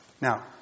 Now